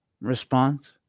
response